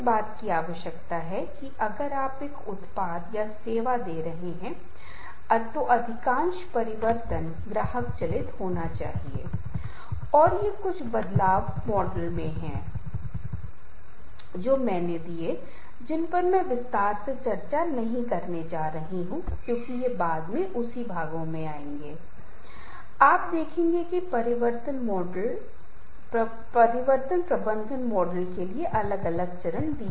क्या आवश्यक है कि वास्तव में यदि आप चाहते हैं कि दोस्ती हमारे जीवन के अंत तक बनी रहे तो समय समय पर हमें संपर्क करना चाहिए हमें टेलीफोन करना चाहिए हमें ई मेल पत्र लिखना चाहिए आमंत्रित करना चाहिए हमें उपहार देना चाहिए हमें एक दूसरे से मिलना चाहिए हमें पिकनिक के लिए एक साथ जाना चाहिए जैसे कि इन चीजों की आवश्यकता है यदि आप वास्तव में चाहते हैं कि यह संबंध लंबे समय तक जारी रहना चाहिए